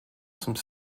some